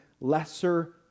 lesser